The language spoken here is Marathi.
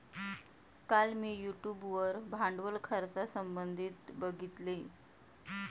काल मी यूट्यूब वर भांडवल खर्चासंबंधित बघितले